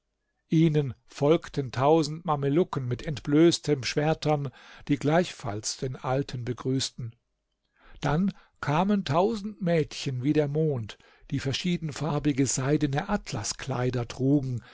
ihnen folgten tausend mamelucken mit entblößtem schwertern die gleichfalls den alten grüßten dann kamen tausend mädchen wie der mond die verschiedenfarbige seidene atlaskleider trugen